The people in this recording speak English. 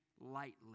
lightly